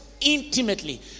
intimately